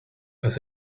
was